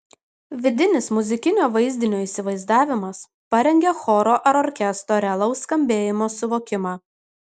vidinis muzikinio vaizdinio įsivaizdavimas parengia choro ar orkestro realaus skambėjimo suvokimą